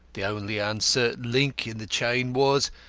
the only uncertain link in the chain was,